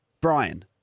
Brian